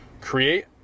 Create